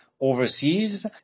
overseas